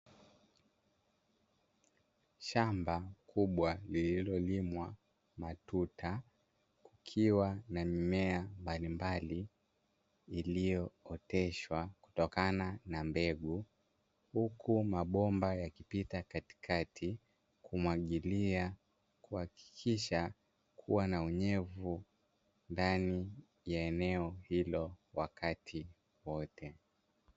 Shamba kubwa lililojaa matuta, likiwa na mimea mbalimbali iliyooteshwa kutokana na mbegu, huku mabomba yakipita katikati kumwagilia, kuhakikisha kuwa na unyevunyevu ndani ya eneo hilo wakati wote.